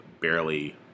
barely